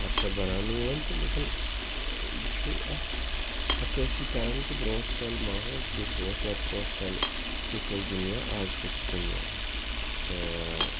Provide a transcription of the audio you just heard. پَتہٕ چھِ اَتھ بَناونہٕ یِوان تہٕ لیکِن یہِ چھُ اَکھ عکٲسی کَران کہِ برٛونٛٹھ کالہِ ماحول کیُتھ اوس یا برٛونٛٹھ کالہِ کیُتھ اوس دُنیا آز کیُتھ چھُ دُنیا تہٕ